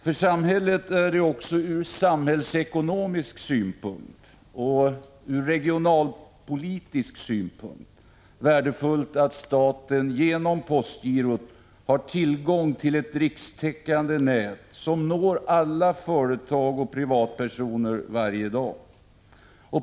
För samhället är det också ur samhällsekonomisk och regionalpolitisk synpunkt värdefullt att staten genom postgirot har tillgång till ett rikstäckande nät som når alla företag och privatpersoner varje dag.